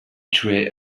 tray